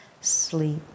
sleep